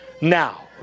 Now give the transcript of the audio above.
now